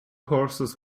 horses